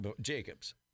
Jacobs